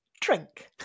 drink